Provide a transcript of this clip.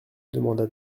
demanda